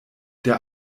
der